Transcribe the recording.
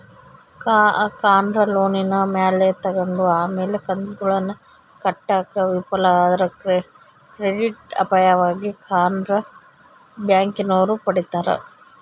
ಕಾರ್ನ ಲೋನಿನ ಮ್ಯಾಲೆ ತಗಂಡು ಆಮೇಲೆ ಕಂತುಗುಳ್ನ ಕಟ್ಟಾಕ ವಿಫಲ ಆದ್ರ ಕ್ರೆಡಿಟ್ ಅಪಾಯವಾಗಿ ಕಾರ್ನ ಬ್ಯಾಂಕಿನೋರು ಪಡೀತಾರ